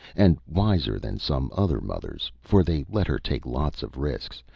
and wiser than some other mothers for they let her take lots of risks,